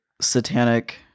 satanic